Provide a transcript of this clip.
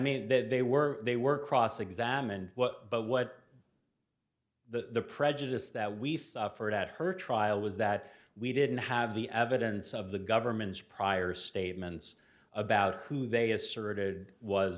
mean that they were they were cross examined but what the prejudice that we suffered at her trial was that we didn't have the evidence of the government's prior statements about who they asserted was